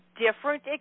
different